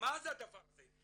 מה זה הדבר הזה?